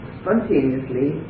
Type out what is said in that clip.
spontaneously